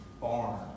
barn